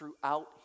throughout